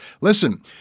Listen